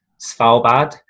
Svalbard